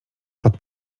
pod